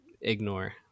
ignore